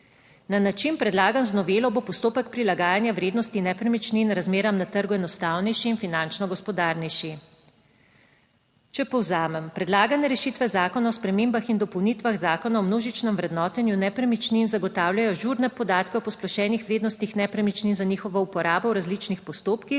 Na način, predlagan z novelo, bo postopek prilagajanja vrednosti nepremičnin razmeram na trgu enostavnejši in finančno gospodarnejši. Če povzamem, predlagane rešitve zakona o spremembah in dopolnitvah Zakona o **29. TRAK: (DAG) - 14.20** (nadaljevanje) množičnem vrednotenju nepremičnin zagotavljajo ažurne podatke o posplošenih vrednostih nepremičnin za njihovo uporabo v različnih postopkih,